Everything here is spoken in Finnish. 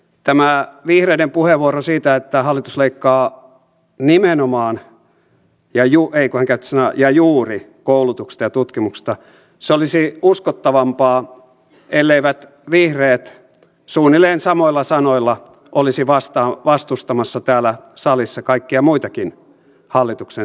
tämä vihreiden puheenvuoro siitä että hallitus leikkaa nimenomaan tai hän käytti sanaa juuri koulutuksesta ja tutkimuksesta olisi uskottavampi elleivät vihreät suunnilleen samoilla sanoilla olisi vastustamassa täällä salissa kaikkia muitakin hallituksen säästöjä